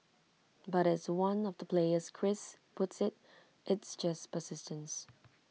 but as one of the players Chris puts IT it's just persistence